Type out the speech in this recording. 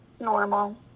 normal